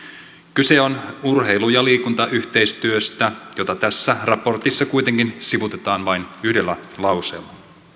kyse on urheilu ja liikuntayhteistyöstä joka tässä raportissa kuitenkin sivuutetaan vain yhdellä lauseella